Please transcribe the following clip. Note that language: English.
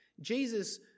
Jesus